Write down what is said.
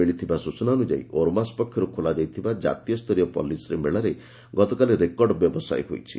ମିଳିଥିବା ସ୍ଚନା ଅନୁଯାୟୀ ଓରମାସ୍ ପକ୍ଷରୁ ଖୋଲାଯାଇଥିବା କାତୀୟସ୍ତରୀୟ ପଲ୍ଲିଶ୍ରୀ ମେଳାରେ ଗତକାଲି ରେକର୍ଡ ବ୍ୟବସାୟ ହୋଇଛି